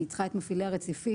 אני צריכה את מפעילי הרציפים,